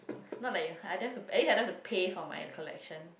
not like you I don't have to at least I don't have to pay for my collection